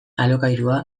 alokairua